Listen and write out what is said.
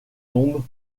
tombent